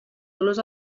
dolors